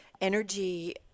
energy